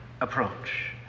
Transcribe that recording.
approach